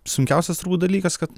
sunkiausias dalykas kad